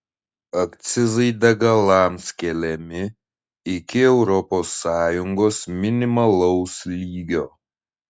akcizai degalams keliami iki europos sąjungos minimalaus lygio